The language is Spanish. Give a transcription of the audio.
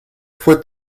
fue